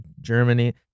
Germany